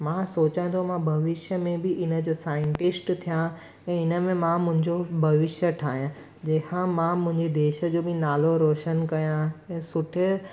मां सोचां थो मां भविष्य में बि हिनजो साइंटिस्ट थिया ऐं हिन में मां मुंहिंजो भविष्य ठाहिया जंहिं सां मां मुंहिंजे देश जो बि नालो रोशिनु कया ऐं सुठे